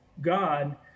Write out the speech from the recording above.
God